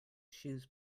shoes